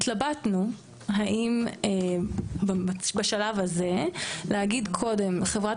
התלבטנו האם בשלב הזה להגיד קודם חברת